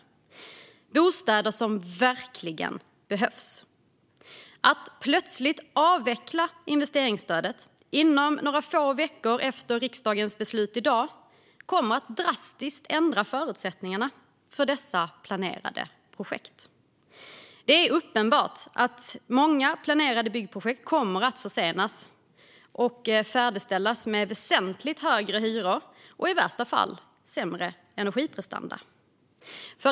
Det är bostäder som verkligen behövs. Att plötsligt avveckla investeringsstödet inom några få veckor efter riksdagens beslut i dag kommer att drastiskt ändra förutsättningarna för dessa planerade projekt. Det är uppenbart att många planerade byggprojekt kommer att försenas eller färdigställas med väsentligt högre hyror och i värsta fall sämre energiprestanda.